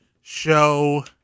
show